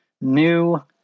new